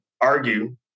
argue